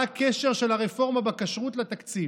מה הקשר של הרפורמה בכשרות לתקציב,